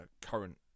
current